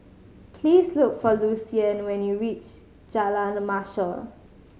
please look for Lucien when you reach Jalan Mashor